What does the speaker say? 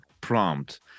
prompt